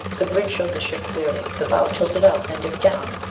the grid showed the ship clearly. the bow tilted up, then dipped down.